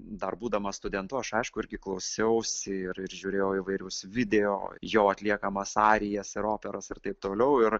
dar būdamas studentu aš aišku irgi klausiausi ir ir žiūrėjau įvairius video jo atliekamas arijas ir operos ir taip toliau ir